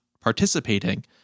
participating